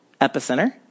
epicenter